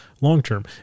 long-term